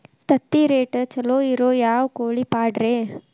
ತತ್ತಿರೇಟ್ ಛಲೋ ಇರೋ ಯಾವ್ ಕೋಳಿ ಪಾಡ್ರೇ?